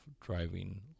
driving